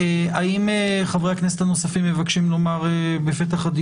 האם חברי הכנסת הנוספים מבקשים לומר דברים?